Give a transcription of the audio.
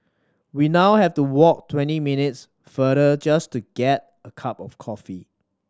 we now have to walk twenty minutes farther just to get a cup of coffee